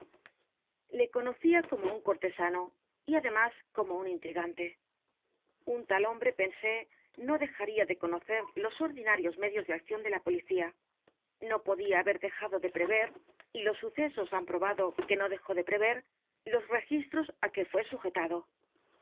le conocía como un cortesano y además como un intrigante un tal hombre pensé no dejaría de conocer l o s ordinarios medios de acción de la policía no podía haber dejado de prever y los sucesos han probado que n o dejó de prever los registros á que fué sujetado